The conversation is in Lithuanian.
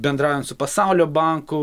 bendraujant su pasaulio banku